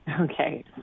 Okay